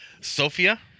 Sophia